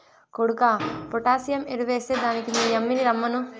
కొడుకా పొటాసియం ఎరువెస్తే దానికి మీ యమ్మిని రమ్మను